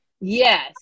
Yes